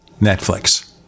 Netflix